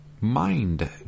Mind